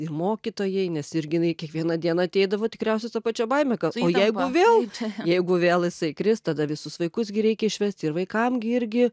ir mokytojai nes irgi inai kiekvieną dieną ateidavo tikriausia sa pačia baime o jeigu vėl jeigu vėl jisai kris tada visus vaikus gi reikia išvesti ir vaikam gi irgi